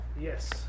Yes